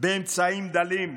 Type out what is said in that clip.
באמצעים דלים,